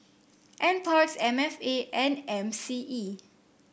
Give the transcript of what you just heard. NParks M F A and M C E